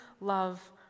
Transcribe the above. love